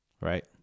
right